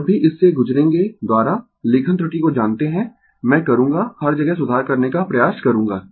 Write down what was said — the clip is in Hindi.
जब भी इससे गुजरेंगें द्वारा लेखन त्रुटि को जानते है मैं करूंगा हर जगह सुधार करने का प्रयास करूंगा